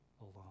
alone